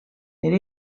elle